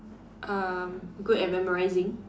um good at memorising